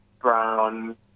brown